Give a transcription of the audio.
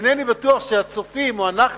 אינני בטוח שהצופים או אנחנו